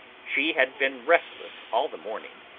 she had been restless all the morning,